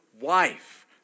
wife